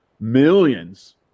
millions